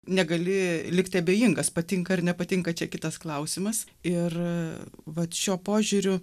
negali likti abejingas patinka ar nepatinka čia kitas klausimas ir vat šiuo požiūriu